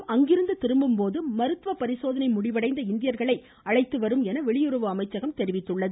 இந்த விமானம் அங்கிருந்து திரும்பும்போது மருத்துவ பரிசோதனை முடிவடைந்த இந்தியர்களை அழைத்து வரும் என வெளியுறவு அமைச்சகம் தெரிவித்துள்ளது